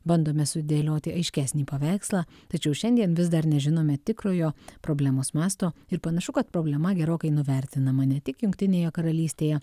bandome sudėlioti aiškesnį paveikslą tačiau šiandien vis dar nežinome tikrojo problemos masto ir panašu kad problema gerokai nuvertinama ne tik jungtinėje karalystėje